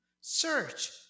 Search